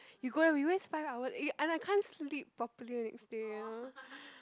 you go there we waste five hours eh and I can't sleep properly the next day